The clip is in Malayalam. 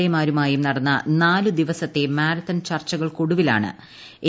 എ മാരുമായും നടന്ന നാല് ദിവസത്തെ മാരത്തൺ ചർച്ചകൾക്കൊടുവിലാണ് എ